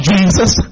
Jesus